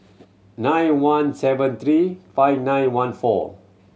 nine one seven three five nine one four